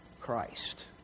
Christ